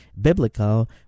biblical